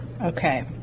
Okay